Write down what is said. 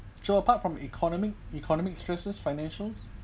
so apart from economic economic stresses financial